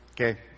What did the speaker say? Okay